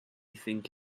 think